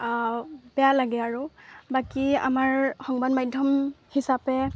বেয়া লাগে আৰু বাকী আমাৰ সংবাদ মাধ্যম হিচাপে